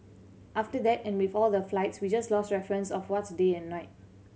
after that and with all the flights we just lost reference of what's day and night